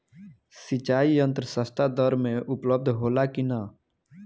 सिंचाई यंत्र सस्ता दर में उपलब्ध होला कि न?